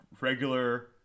regular